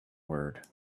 word